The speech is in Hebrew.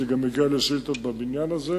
חיל הרפואה פותח בימים אלה את מסלול "צמרת",